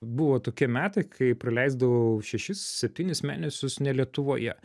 buvo tokie metai kai praleisdavau šešis septynis mėnesius ne lietuvoje